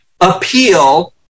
appeal